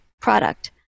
product